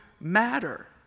matter